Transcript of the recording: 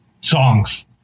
songs